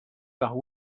par